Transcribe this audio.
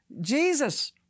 Jesus